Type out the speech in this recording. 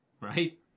right